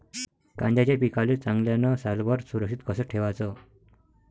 कांद्याच्या पिकाले चांगल्यानं सालभर सुरक्षित कस ठेवाचं?